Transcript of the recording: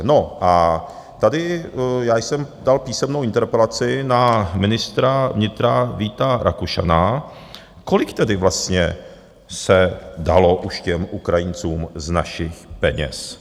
No a tady já jsem dal písemnou interpelaci na ministra vnitra Víta Rakušana, kolik tedy vlastně se dalo už těm Ukrajincům z našich peněz?